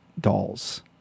dolls